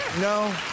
No